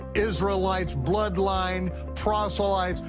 israelites, bloodline, proselytes,